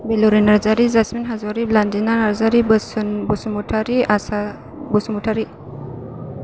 Melori Narzary Jasmine Hajowari Blantina Narzary Boson Basumatary Asha Basumatary